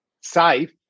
safe